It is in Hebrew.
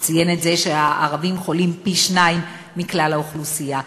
הוא ציין את זה שהערבים חולים פי-שניים מכלל האוכלוסייה.